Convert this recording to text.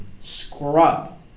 scrub